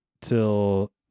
till